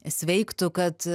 sveiktų kad